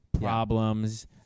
problems